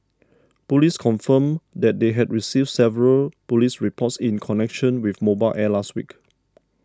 police confirmed they had received several police reports in connection with Mobile Air last week